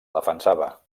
defensava